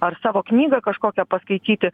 ar savo knygą kažkokią paskaityti